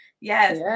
Yes